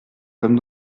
comme